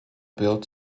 built